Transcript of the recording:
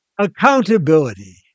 Accountability